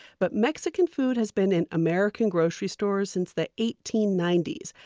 but mexican food has been in american grocery stores since the eighteen ninety s,